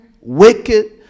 wicked